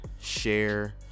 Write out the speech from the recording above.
share